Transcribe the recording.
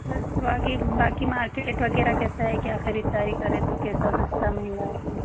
बस बागी बाकी मार्केट वगैरह कैसा है क्या है खरीदारी करे तो कैसा सस्ता महंगा है